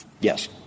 Yes